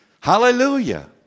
Hallelujah